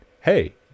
hey